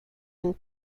and